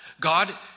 God